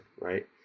Right